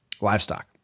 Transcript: livestock